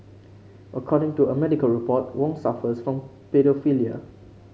according to a medical report Wong suffers from paedophilia